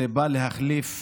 הוא להחליף